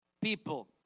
People